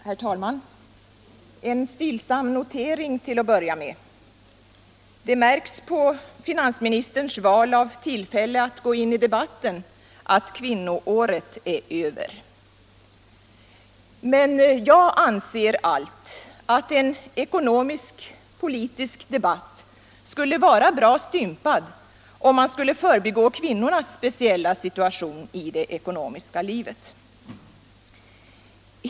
Herr talman! En stillsam notering till att börja med. Det märks på finansministerns val av tillfälle att gå in i debatten att kvinnoåret är över. Men jag anser allt att en ekonomisk politisk debatt skulle vara bra stympad om man skulle förbigå kvinnornas speciella situation i det ekonomiska livet.